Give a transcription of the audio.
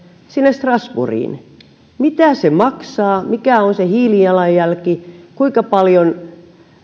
strasbourgiin mitä se maksaa mikä on se hiilijalanjälki kuinka paljon